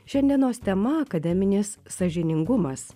šiandienos tema akademinis sąžiningumas